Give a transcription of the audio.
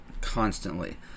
constantly